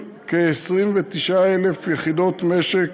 וכ-29,000 יחידות משק.